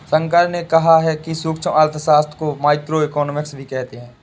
शंकर ने कहा कि सूक्ष्म अर्थशास्त्र को माइक्रोइकॉनॉमिक्स भी कहते हैं